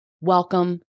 welcome